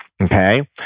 okay